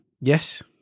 Yes